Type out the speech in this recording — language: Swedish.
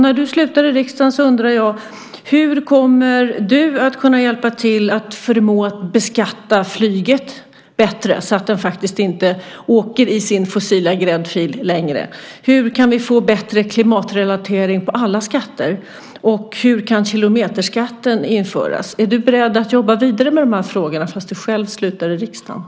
När du slutar i riksdagen undrar jag: Hur kommer du att kunna hjälpa till att beskatta flyget bättre så att det inte åker i sin fossila gräddfil längre? Hur kan vi få bättre klimatrelatering på alla skatter? Hur kan kilometerskatten införas? Är du beredd att jobba vidare med de här frågorna fast du själv slutar i riksdagen?